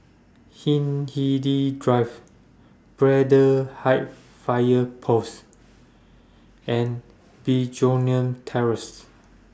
Hindhede Drive Braddell Heights Fire Post and Begonia Terrace